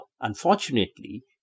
unfortunately